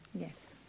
Yes